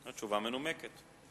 התשובה מנומקת.